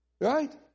right